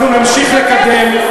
אנחנו נמשיך לקדם,